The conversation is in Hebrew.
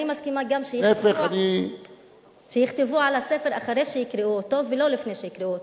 אני מסכימה גם שיכתבו על הספר אחרי שיקראו אותו ולא לפני שיקראו אותו,